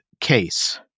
case